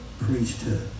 priesthood